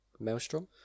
Maelstrom